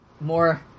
More